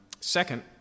Second